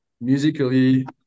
Musically